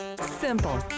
Simple